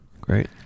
Great